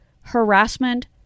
harassment